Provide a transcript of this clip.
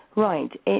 Right